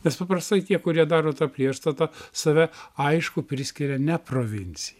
nes paprastai tie kurie daro tą priešstatą save aišku priskiria ne provinci